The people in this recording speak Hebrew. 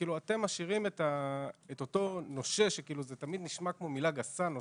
אתם משאירים את אותו נושה שתמיד זה נשמע כמו מילה גסה,